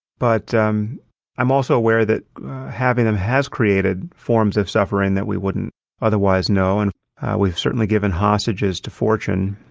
but um i'm also aware that having them has created forms of suffering that we wouldn't otherwise know. and we've certainly given hostages to fortune,